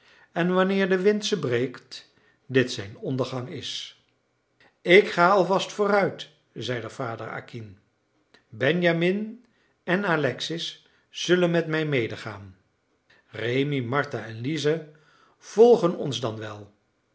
en wanneer de wind ze breekt dit zijn ondergang is ik ga alvast vooruit zeide vader acquin benjamin en alexis zullen met mij medegaan rémi martha en lize volgen ons dan wel